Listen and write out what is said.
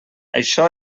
això